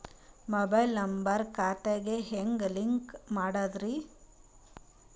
Mobile number ಖಾತೆ ಗೆ ಹೆಂಗ್ ಲಿಂಕ್ ಮಾಡದ್ರಿ?